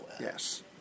Yes